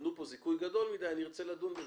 שנתנו פה זיכוי גדול מדי, אני ארצה לדון בזה.